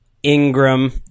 Ingram